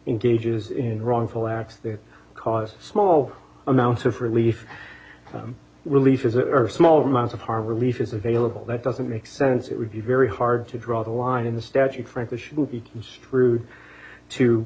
engages in wrongful acts they cause small amounts of relief from releases that are small amounts of harm relief is available that doesn't make sense it would be very hard to draw the line in the statute frankly she will be construed to